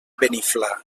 beniflà